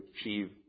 achieve